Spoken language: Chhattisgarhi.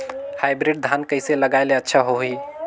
हाईब्रिड धान कइसे लगाय ले अच्छा होही?